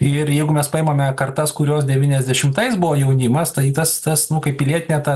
ir jeigu mes paimame kartas kurios devyniasdešimtais buvo jaunimas tai tas tas nu kaip pilietinė ta